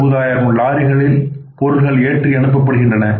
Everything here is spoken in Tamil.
60000 லாரிகளில் பொருட்கள் ஏற்றி அனுப்பப்பட்டுள்ளன